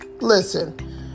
Listen